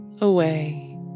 away